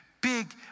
Big